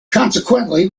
consequently